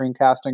screencasting